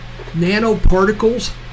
nanoparticles